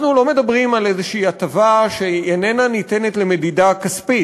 אנחנו לא מדברים על איזו הטבה שאיננה ניתנת למדידה כספית.